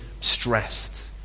stressed